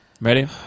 Ready